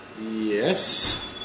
yes